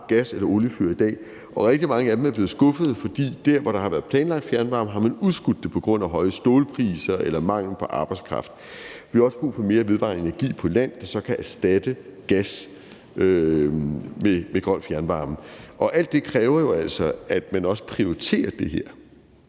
gas- eller oliefyr i dag, og rigtig mange af dem er blevet skuffede, for der, hvor der har været planlagt fjernvarme, har man udskudt det på grund af høje stålpriser eller mangel på arbejdskraft. Vi har også brug for mere vedvarende energi på land, så man kan erstatte gas med grøn fjernvarme. Alt det kræver jo altså, at man også prioriterer det her